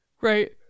right